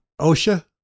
OSHA